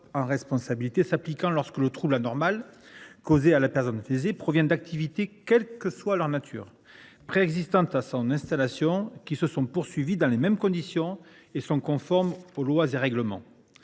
de responsabilité s’appliquant lorsque le trouble anormal causé à la personne lésée provient d’activités, quelle que soit leur nature, préexistantes à son installation, qui se sont poursuivies dans les mêmes conditions et sont conformes aux lois et règlements.